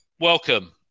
welcome